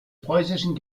preußischen